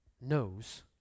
knows